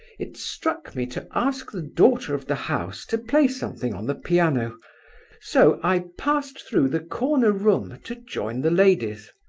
it struck me to ask the daughter of the house to play something on the piano so i passed through the corner room to join the ladies.